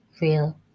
real